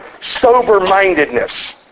sober-mindedness